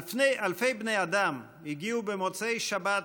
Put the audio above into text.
אלפי בני אדם הגיעו במוצאי שבת,